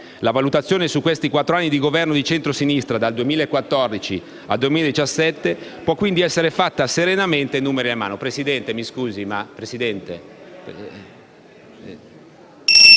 La valutazione sui quattro anni di Governo di centrosinistra - dal 2014 al 2017 - può quindi essere fatta serenamente, numeri alla mano.